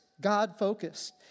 God-focused